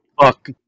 Fuck